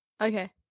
Okay